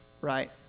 right